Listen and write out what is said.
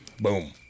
boom